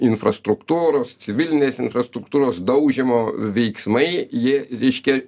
infrastruktūros civilinės infrastruktūros daužymo veiksmai jie reiškia